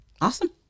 awesome